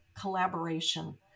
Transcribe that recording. collaboration